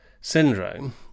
syndrome